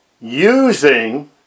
using